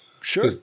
Sure